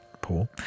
Paul